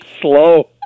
slow